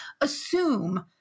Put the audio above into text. assume